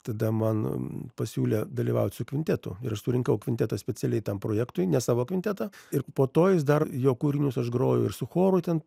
tada man pasiūlė dalyvaut su kvintetu ir surinkau kvintetą specialiai tam projektui ne savo kvintetą ir po to jis dar jo kūrinius aš grojau ir su choru ten